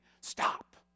stop